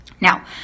Now